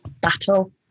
battle